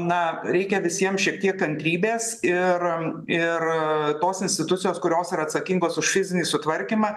na reikia visiems šiek tiek kantrybės ir ir tos institucijos kurios ir atsakingos už fizinį sutvarkymą